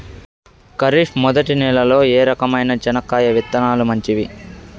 ఖరీఫ్ మొదటి నెల లో ఏ రకమైన చెనక్కాయ విత్తనాలు మంచివి